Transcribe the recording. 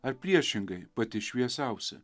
ar priešingai pati šviesiausia